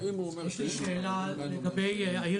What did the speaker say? יש לי שאלה לגבי העיר